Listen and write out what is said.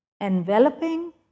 enveloping